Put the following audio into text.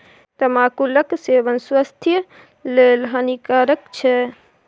तमाकुलक सेवन स्वास्थ्य लेल हानिकारक छै